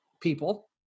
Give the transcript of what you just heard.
people